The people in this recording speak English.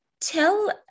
tell